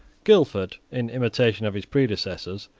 guildford, in imitation of his predecessors,